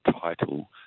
title